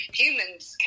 human's